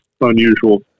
unusual